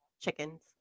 chickens